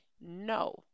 no